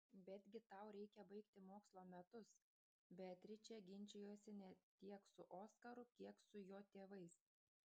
betgi tau reikia baigti mokslo metus beatričė ginčijosi ne tiek su oskaru kiek su jo tėvais